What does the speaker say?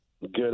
Good